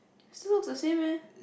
still the looks the same leh